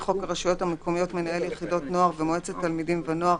חוק הרשויות המקומיות (מנהל יחידות נוער ומועצת תלמידים ונוער),